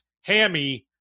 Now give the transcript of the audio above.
hammy